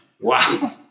Wow